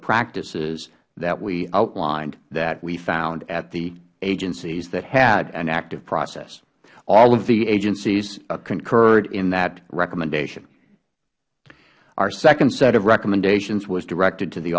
practices that we outlined that we found at the agencies that had an active process all of the agencies concurred in that recommendation our second set of recommendations was directed to the